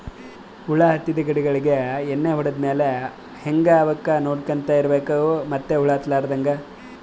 ಹುಳ ಹತ್ತಿದ್ ಗಿಡಗೋಳಿಗ್ ಎಣ್ಣಿ ಹೊಡದ್ ಮ್ಯಾಲ್ ಹಂಗೆ ಅವಕ್ಕ್ ನೋಡ್ಕೊಂತ್ ಇರ್ಬೆಕ್ ಮತ್ತ್ ಹುಳ ಹತ್ತಲಾರದಂಗ್